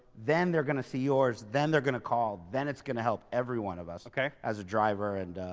then they're going to see yours, then they're going to call, then it's going to help every one of us. okay. as a driver and.